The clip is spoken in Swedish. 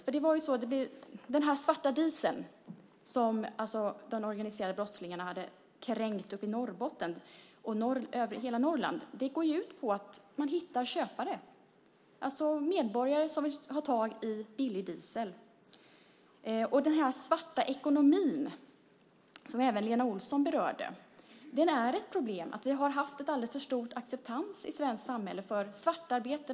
I fallet med den svarta diesel som de organiserade brottslingarna krängde i Norrbotten och hela Norrland handlade det ju om att hitta köpare, det vill säga medborgare som ville ha tag i billig diesel. Den svarta ekonomin, som också Lena Olsson berörde, är ett problem. Vi har haft alldeles för stor acceptans i det svenska samhället för svartarbete.